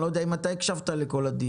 אני לא יודע אם הקשבת לכל הדיון,